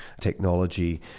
technology